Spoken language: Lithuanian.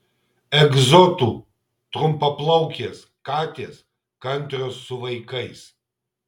egzotų trumpaplaukės katės kantrios su vaikais